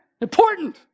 Important